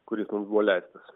kuris mums buvo leistas